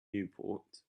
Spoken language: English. newport